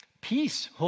Peace